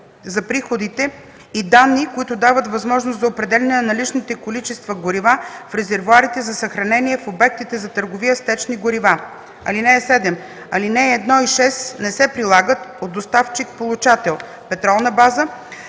за приходите и данни, които дават възможност за определяне на наличните количества горива в резервоарите за съхранение в обектите за търговия с течни горива. (7) Алинеи 1 и 6 не се прилагат от доставчик/получател – петролна база,